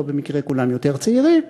פה במקרה כולנו יותר צעירים.